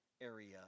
area